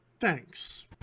Thanks